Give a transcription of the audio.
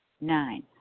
Nine